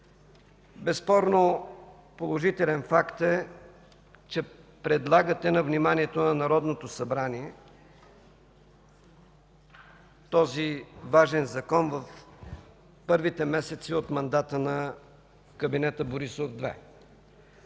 безспорно положителен факт е, че предлагате на вниманието на Народното събрание този важен Закон в първите месеци от мандата на кабинета Борисов-2.